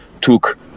took